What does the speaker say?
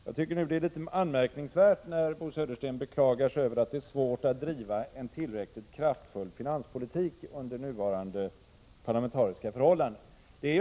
Jag tycker att det är litet anmärkningsvärt, när Bo Södersten beklagar sig över att det är svårt att driva en tillräckligt kraftfull finanspolitik under nuvarande parlamentariska förhållanden.